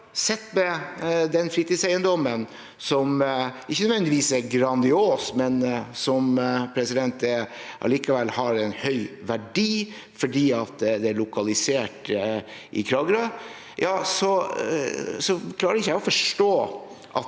sitter med en fritidseiendom som ikke nødvendigvis er grandios, men som likevel har en høy verdi fordi den er lokalisert i Kragerø, klarer ikke jeg å forstå